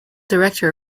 director